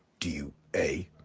do you a,